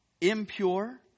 impure